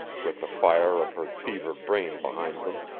with the fire of her fevered brain behind them.